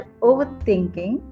overthinking